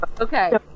Okay